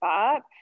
up